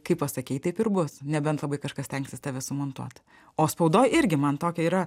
kai pasakei taip ir bus nebent labai kažkas stengsis tave sumontuot o spaudoj irgi man tokia yra